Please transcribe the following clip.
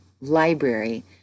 library